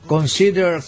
Consider